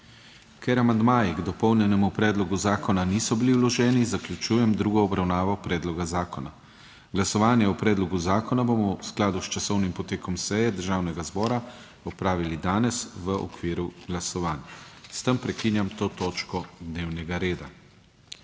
Ker amandmaji k dopolnjenemu predlogu zakona niso bili vloženi, zaključujem drugo obravnavo predloga zakona. Glasovanje o predlogu zakona bomo v skladu s časovnim potekom seje Državnega zbora opravili čez pol ure v okviru glasovanj. S tem prekinjam to točko dnevnega reda